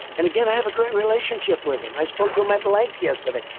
and again, i have a great relationship with him. i spoke to him at length yesterday.